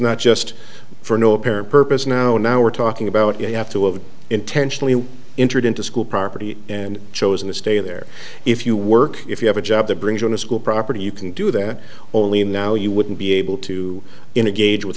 not just for no apparent purpose now now we're talking about you have to have intentionally entered into school property and chosen to stay there if you work if you have a job that brings on a school property you can do that only now you wouldn't be able to in a gauge with